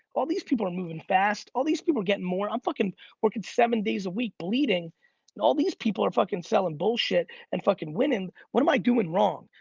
all these people are moving fast. all these people are more. i'm fucking working seven days a week bleeding and all these people are fucking selling bullshit and fucking winning. what am i doing wrong?